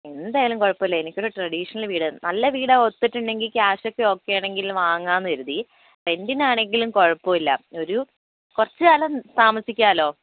എന്തായാലും കുഴപ്പമില്ല എനിക്കൊരു ട്രഡീഷണൽ വീട് നല്ല വീട് ഒത്തിട്ടുണ്ടെങ്കിൽ ക്യാഷ് ഒക്കെ ഓക്കെ ആണെങ്കിൽ വാങ്ങാമെന്ന് കരുതി റെൻറ്റിനാണെങ്കിലും കുഴപ്പമില്ല ഒരു കുറച്ച് കാലം താമസിക്കാമല്ലോ